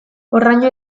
horraino